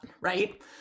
right